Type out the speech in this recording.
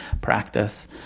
practice